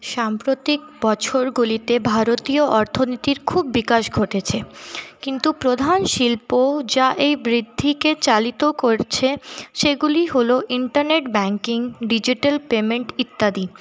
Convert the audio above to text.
সাম্প্রতিক বছরগুলিতে ভারতীয় অর্থনীতির খুব বিকাশ ঘটেছে কিন্তু প্রধান শিল্প যা এই বৃদ্ধিকে চালিত করছে সেগুলি হলো ইন্টারনেট ব্যাঙ্কিং ডিজিটাল পেমেন্ট ইত্যাদি